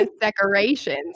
decorations